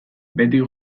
behetik